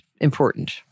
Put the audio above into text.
important